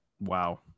Wow